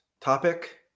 topic